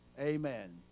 amen